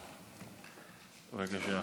בבקשה.